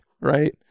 right